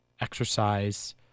exercise